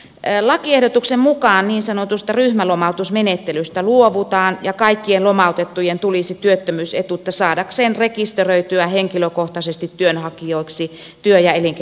lakiehdotuksen mukaan niin sanotusta ryhmälomautusmenettelystä luovutaan ja kaikkien lomautettujen tulisi työttömyysetuutta saadakseen rekisteröityä henkilökohtaisesti työnhakijoiksi työ ja elinkeinotoimistoon